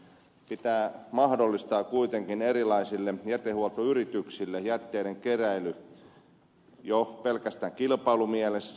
pitää kuitenkin mahdollistaa jätteiden keräily erilaisille jätehuoltoyrityksille jo pelkästään kilpailumielessä